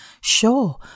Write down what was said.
Sure